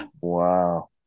Wow